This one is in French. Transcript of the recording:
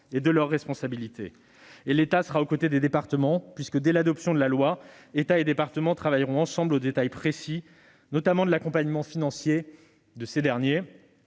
et de leurs responsabilités. L'État sera aux côtés des départements puisque, dès l'adoption de la loi, État et départements travailleront ensemble sur les détails précis de l'accompagnement financier de ces derniers.